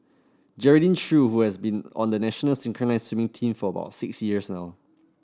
Geraldine Chew who has been on the national synchronised swimming team for about six years now